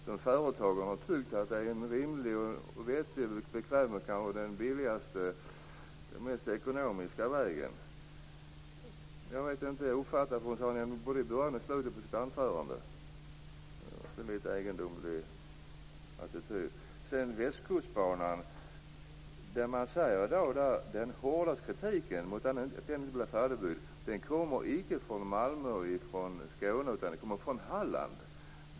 Så företagen har tyckt att det är en rimlig och vettig, den billigaste och ekonomiska vägen? Jag uppfattade att statsrådet sade detta i början och slutet av sitt anförande. Det är en egendomlig attityd. Sedan var det Västkustbanan. Man säger att den hårdaste kritiken mot att den inte har blivit färdigbyggd kommer icke från Malmö och Skåne utan från Halland.